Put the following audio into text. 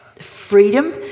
freedom